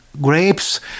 grapes